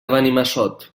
benimassot